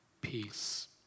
peace